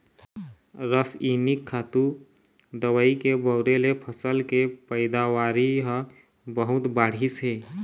रसइनिक खातू, दवई के बउरे ले फसल के पइदावारी ह बहुत बाढ़िस हे